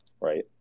right